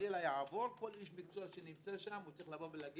חלילה יעבור, כל איש מקצוע שנמצא שם צריך לומר: